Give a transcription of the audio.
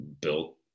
built